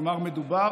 כלומר, מדובר